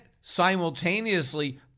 simultaneously